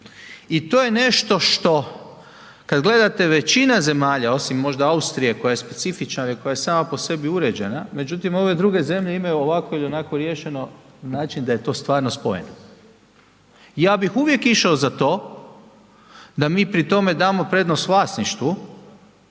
I to je nešto što kad gledate, većina zemalja osim možda Austrije koja je specifična i koja je sama po sebi uređena, međutim ove druge zemlje imaju ovako ili onako riješeno na način da je to stvarno spojeno. Ja bih uvijek išao za to da mi pri tome damo prednost vlasništvu